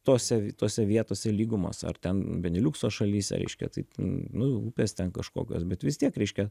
tose tose vietose lygumos ar ten beniliukso šalyse reiškia taip nu upės ten kažkokios bet vis tiek reiškia